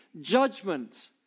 judgment